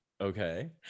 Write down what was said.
Okay